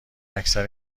اکثر